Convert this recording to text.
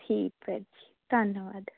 ਠੀਕ ਹੈ ਜੀ ਧੰਨਵਾਦ